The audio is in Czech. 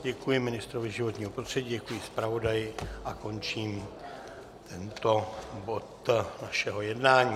Děkuji ministrovi životního prostředí, děkuji zpravodaji a končím tento bod našeho jednání.